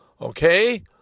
Okay